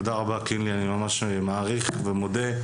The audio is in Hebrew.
תודה רבה קינלי, אני ממש מעריך ומודה.